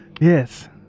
Yes